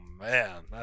man